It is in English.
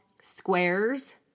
squares